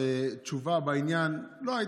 שתשובה בעניין לא הייתה,